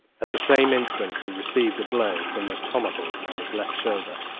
at the same instant he received a blow from a tomahawk on his left shoulder.